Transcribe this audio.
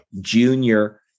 junior